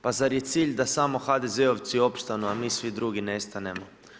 Pa zar je cilj da samo HDZ-ovci opstanu, a mi svi drugi nestanemo.